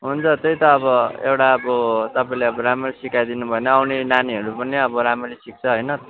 हुन्छ त्यही त अब एउटा अब तपाईँले अब राम्ररी सिकाइ दिनुभयो भने आउने नानीहरू पनि अब राम्ररी सिक्छ होइन